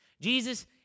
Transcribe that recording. Jesus